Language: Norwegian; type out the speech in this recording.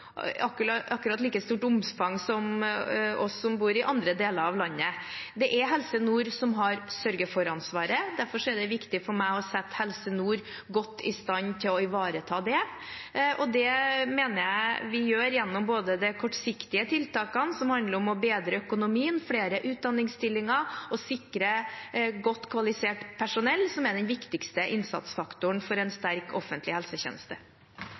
akkurat like stort omfang som oss som bor i andre deler av landet. Det er Helse Nord som har sørge-for-ansvaret. Derfor er det viktig for meg å sette Helse Nord godt i stand til å ivareta det, og det mener jeg vi gjør gjennom både de kortsiktige tiltakene, som handler om å bedre økonomien, flere utdanningsstillinger og å sikre godt kvalifisert personell, som er den viktigste innsatsfaktoren for en sterk offentlig helsetjeneste.